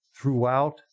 throughout